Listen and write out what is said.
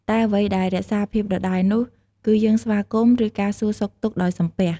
តែអ្វីដែលរក្សាភាពដដែលនោះ គឺយើងស្វាគមន៍ ឬការសួរសុខទុក្ខដោយ "សំពះ"។